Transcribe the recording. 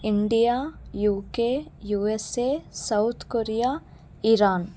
India UK USA South Korea Iran